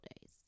days